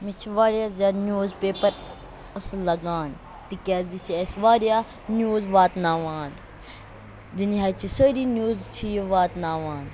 مےٚ چھُ واریاہ زیادٕ نوٕزپیپَر اصل لَگان تِکیازِ یہِ چھ اَسہِ واریاہ نِوٕز واتناوان دُنیاہچہِ سٲری نِوز چھِ یہِ واتناوان